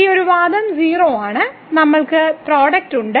ഈ ഒരു വാദം 0 ആണ് നമ്മൾക്ക് പ്രോഡക്റ്റ്ണ്ട്